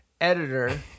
editor